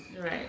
Right